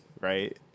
right